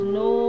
no